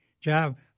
job